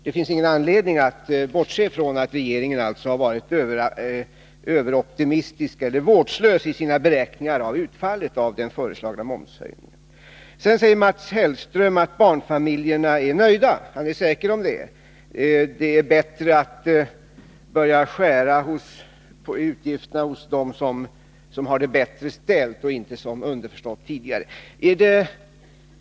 Det finns ingen anledning att bortse från att regeringen alltså har varit överoptimistisk eller vårdslös i sina beräkningar av utfallet av den föreslagna momshöjningen. Mats Hellström säger vidare att barnfamiljerna är nöjda — han är säker på det. Det är bättre att börja skära i utgifterna när det gäller dem som har det bättre ställt och inte, underförstått, göra som tidigare.